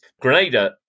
Grenada